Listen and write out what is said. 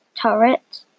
turret